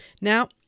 Now